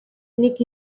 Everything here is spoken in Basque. nik